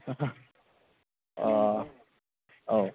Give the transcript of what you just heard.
औ